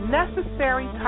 necessary